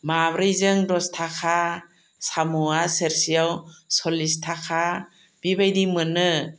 माब्रैजों दस थाखा साम'आ सेरसेयाव सल्लिस थाखा बेबायदि मोनो